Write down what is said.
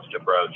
approach